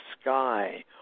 sky